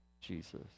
Jesus